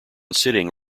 sitting